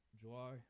July